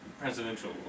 presidential